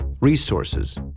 resources